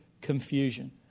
confusion